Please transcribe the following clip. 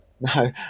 no